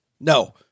No